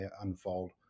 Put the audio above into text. unfold